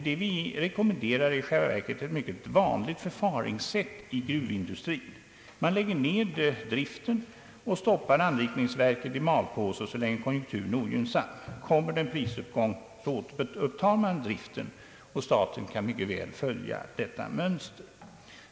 Vad vi rekommenderar är i själva verket ett mycket vanligt förfaringssätt i gruvindustrin. Man lägger ner driften och stoppar anrikningsverken »i malpåse», så länge konjunkturen är ogynnsam. Kommer det en prisuppgång, återupptas driften. Staten kan mycket väl följa detta mönster.